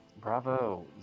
Bravo